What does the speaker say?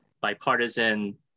bipartisan